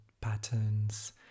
patterns